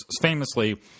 famously